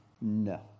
No